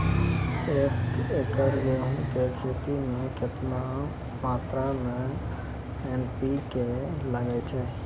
एक एकरऽ गेहूँ के खेती मे केतना मात्रा मे एन.पी.के लगे छै?